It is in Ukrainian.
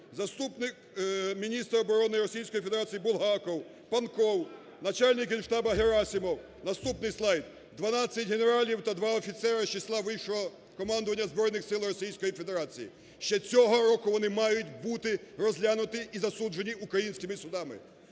заступник міністра оборони Російської Федерації Булгаков, Панков, начальник Генштабу Герасимов. Наступний слайд. 12 генералів та 2 офіцери з числа вищого командування Збройних Сил Російської Федерації. Ще цього року вони мають бути розглянуті і засуджені українськими судами.